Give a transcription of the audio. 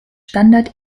standard